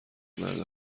مرد